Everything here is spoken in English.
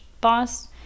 boss